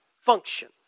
function